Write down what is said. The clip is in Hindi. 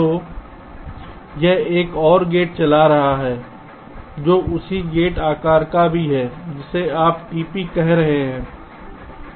तो यह एक और गेट चला रहा है जो उसी छोटे आकार का भी है जिसे आप tp कह रहे हैं